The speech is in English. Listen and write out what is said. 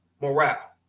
morale